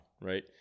right